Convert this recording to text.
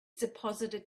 deposited